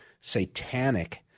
satanic –